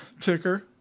ticker